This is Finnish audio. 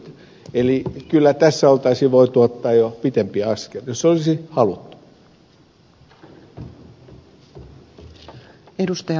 eli kyllä tässä olisi voitu jo ottaa pitempi askel jos olisi haluttu